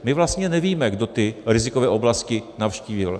My vlastně nevíme, kdo ty rizikové oblasti navštívil.